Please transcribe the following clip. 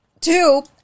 Two